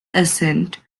ascent